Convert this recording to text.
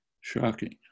shocking